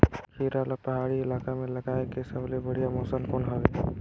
खीरा ला पहाड़ी इलाका मां लगाय के सबले बढ़िया मौसम कोन हवे?